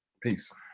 peace